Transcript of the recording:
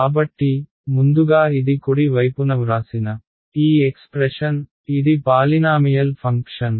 కాబట్టి ముందుగా ఇది కుడి వైపున వ్రాసిన ఈ ఎక్స్ప్రెషన్ ఇది పాలినామియల్ ఫంక్షన్